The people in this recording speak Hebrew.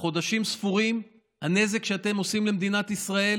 בחודשים ספורים הנזק שאתם עושים למדינת ישראל